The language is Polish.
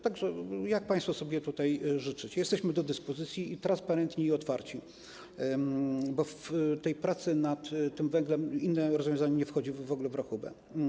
Tak że jak państwo sobie tutaj życzycie, jesteśmy do dyspozycji, transparentni i otwarci, bo w przypadku pracy nad węglem inne rozwiązanie nie wchodzi w ogóle w rachubę.